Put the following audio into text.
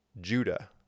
Judah